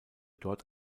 dort